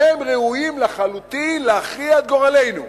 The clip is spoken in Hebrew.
הם ראויים לחלוטין להכריע את גורלנו,